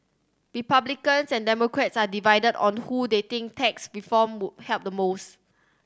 Republicans and Democrats are divided on who they think tax reform would help the most